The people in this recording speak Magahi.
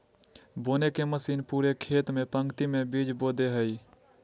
बोने के मशीन पूरे खेत में पंक्ति में बीज बो दे हइ